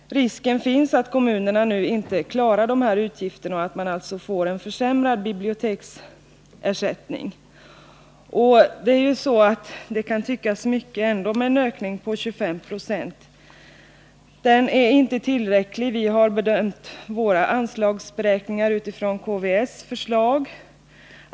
Risken finns att kommunerna nu inte klarar dessa utgifter och att det blir en försämrad biblioteksersättning. Det kan tyckas mycket med en ökning på 25 Zo. Den ökningen är emellertid inte tillräcklig. Vi har gjort våra anslagsberäkningar utifrån KVS förslag.